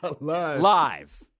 live